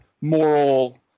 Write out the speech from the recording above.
moral